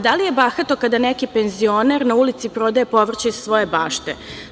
Da li je bahato kada neki penzioner na ulici prodaje povrće iz svoje bašte?